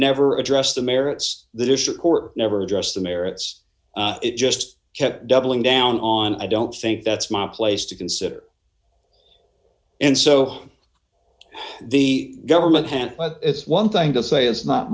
never addressed the merits that issue or never address the merits it just kept doubling down on i don't think that's my place to consider and so the government has but it's one thing to say it's not